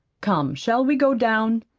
come, shall we go down?